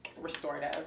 restorative